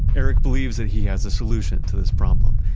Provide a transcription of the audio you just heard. eric believes that he has a solution to this problem.